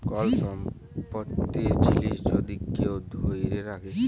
call সম্পত্তির জিলিস যদি কেউ ধ্যইরে রাখে